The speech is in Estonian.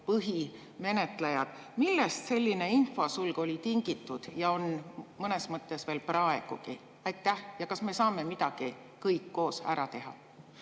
põhimenetleja: millest selline infosulg oli tingitud ja on mõnes mõttes veel praegugi? Ja kas me saame midagi kõik koos ära teha?